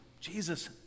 Jesus